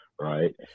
right